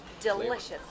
Delicious